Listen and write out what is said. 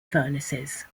furnaces